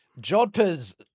Jodpers